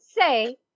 say